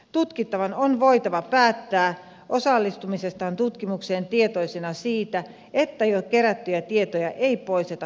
tutkittavan on voitava päättää osallistumisestaan tutkimukseen tietoisena siitä että jo kerättyjä tietoja ei poisteta tutkimusaineistosta